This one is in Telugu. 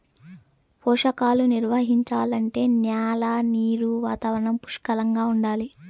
పోషకాలు నిర్వహించాలంటే న్యాల నీరు వాతావరణం పుష్కలంగా ఉండాలి